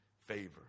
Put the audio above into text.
favor